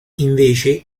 invece